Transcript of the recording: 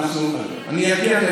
אני אגיע.